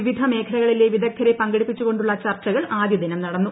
വിവിധ മേഖലകളിലെ വിദഗ്ധരെ പങ്കെടുപ്പിച്ചുകൊണ്ടുള്ള ചർച്ചകൾ ആദ്യദിനം നടന്നു